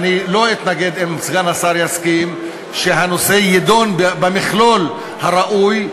אני לא אתנגד אם סגן השר יסכים שהנושא יידון במכלול הראוי,